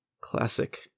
Classic